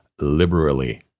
liberally